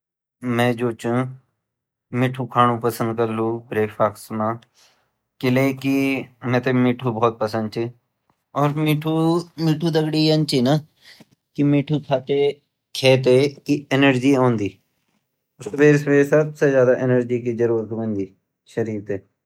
मैं जो ची मिट्ठू खांड पसंद करलु ब्रेकफास्ट मा किलेकी मैते मिट्ठू भोत पसंद ची अर मिट्ठू दगडी यन ची ना कि खेते एनर्जी औंदी अर सुबेर-सुबेर सबसे ज़्यादा एनर्जी ज़रूरत ववोन्दि शरीर ते।